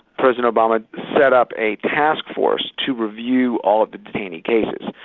president obama set up a task force to review all of the detainee cases.